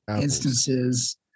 instances